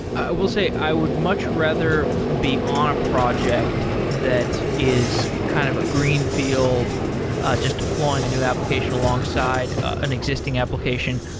i will say i would much rather be on a project that is kind of a greenfield just deploying a new application alongside an existing application.